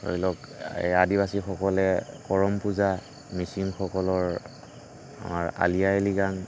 ধৰি লওক এই আদিবাসীসকলে কৰম পূজা মিচিংসকলৰ আমাৰ আলি আয়ে লিগাং